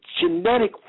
genetic